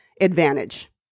advantage